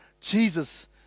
Jesus